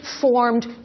formed